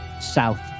south